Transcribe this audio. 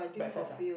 breakfast ah